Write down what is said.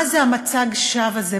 מה זה מצג השווא הזה?